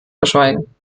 verschweigen